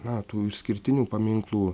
na tų išskirtinių paminklų